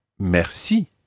Merci